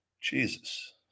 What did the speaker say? Jesus